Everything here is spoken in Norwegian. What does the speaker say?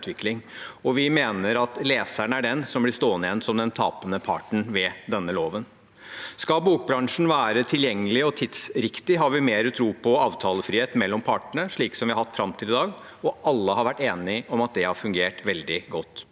– Muntlig spørretime 2023 stående igjen som den tapende parten ved denne loven. Skal bokbransjen være tilgjengelig og tidsriktig, har vi mer tro på avtalefrihet mellom partene, slik som vi har hatt fram til i dag, og alle har vært enige om at det har fungert veldig godt.